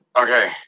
Okay